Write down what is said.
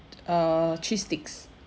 err cheese sticks